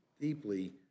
deeply